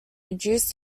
reduce